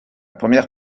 première